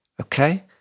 Okay